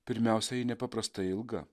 pirmiausiai ji nepaprastai ilga